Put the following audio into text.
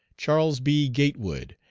charles b. gatewood,